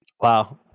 Wow